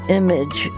image